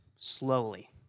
Slowly